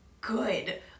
good